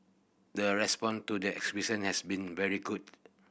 the response to the exhibition has been very good